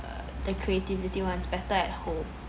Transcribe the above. err the creativity one is better at home